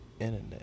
internet